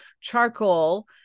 charcoal